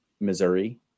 Missouri